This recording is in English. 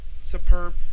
superb